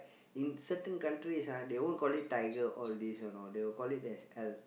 in certain countries ah they won't call it Tiger all this you know they will call it as ale